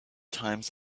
times